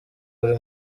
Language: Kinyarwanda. buri